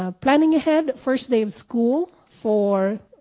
ah planning ahead first day of school for